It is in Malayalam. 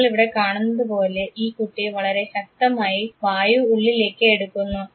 നിങ്ങളിവിടെ കാണുന്നതുപോലെ ഈ കുട്ടി വളരെ ശക്തമായി വായു ഉള്ളിലേക്ക് എടുക്കുന്നു